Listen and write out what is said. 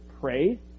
pray